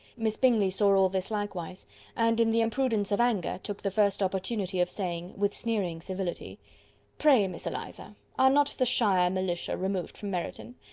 miss bingley saw all this likewise and, in the imprudence of anger, took the first opportunity of saying, with sneering civility pray, miss eliza, are not the shire militia removed from meryton?